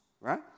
right